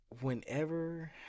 Whenever